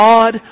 God